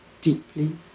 deeply